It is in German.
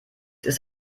ist